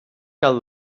cal